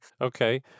Okay